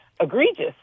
egregious